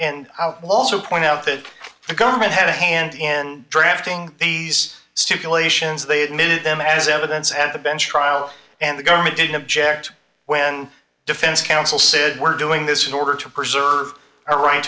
out also point out that the government had a hand in drafting these super lation as they admitted them as evidence at the bench trial and the government didn't object when defense counsel said we're doing this in order to preserve our right